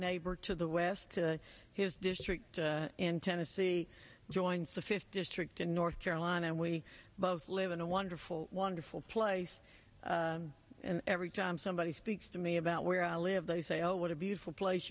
neighbor to the west to his district in tennessee joins the fifth district in north carolina and we both live in a wonderful wonderful place and every time somebody speaks to me about where i live they say oh what a beautiful place